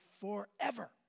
forever